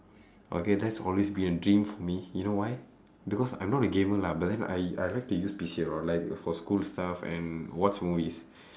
okay that's always been a dream for me you know why because I'm not a gamer lah but then I I like to use P_C a lot like for school stuff and watch movies